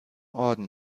orden